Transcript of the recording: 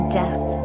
death